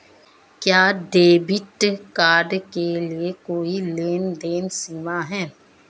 क्या debit card के लिए कोई लेनदेन सीमा है?